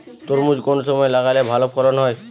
তরমুজ কোন সময় লাগালে ভালো ফলন হয়?